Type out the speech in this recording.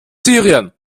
syrien